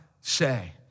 say